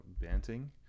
Banting